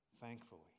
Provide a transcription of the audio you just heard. Thankfully